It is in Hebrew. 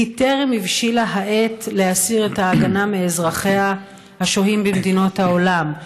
טרם הבשילה העת להסיר את ההגנה מאזרחיה השוהים במדינות העולם.